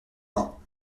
bains